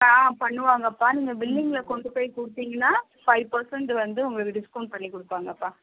ஆ பண்ணுவாங்கப்பா நீங்க ள்பில்லிங்கில் கொண்டு போயி கொடுத்தீங்கன்னா ஃபைவ் பர்சன்ட் வந்து உங்களுக்கு டிஸ்கவுண்ட் பண்ணி கொடுப்பாங்கப்பா